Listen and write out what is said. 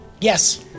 Yes